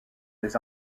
des